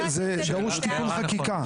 דרוש תיקון חקיקה.